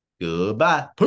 Goodbye